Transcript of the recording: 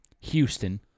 Houston